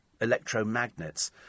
electromagnets